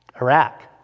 Iraq